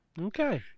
Okay